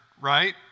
right